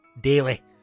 Daily